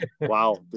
Wow